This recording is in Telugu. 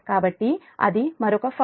కాబట్టి అది మరొక ఫాల్ట్